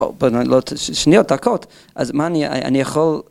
‫שניות דקות, אז מה אני יכול...